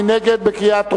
מי נגד?